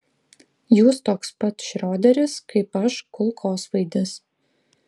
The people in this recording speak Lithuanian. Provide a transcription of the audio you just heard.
jūs toks pat šrioderis kaip aš kulkosvaidis